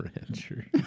rancher